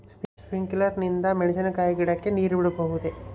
Sprinkler ನಿಂದ ಮೆಣಸಿನಕಾಯಿ ಗಿಡಕ್ಕೆ ನೇರು ಬಿಡಬಹುದೆ?